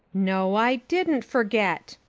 no, i didn't forget,